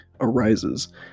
arises